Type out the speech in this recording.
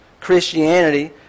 Christianity